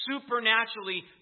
supernaturally